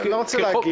אני לא רוצה להגיד.